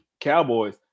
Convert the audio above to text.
Cowboys